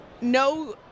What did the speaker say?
no